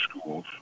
schools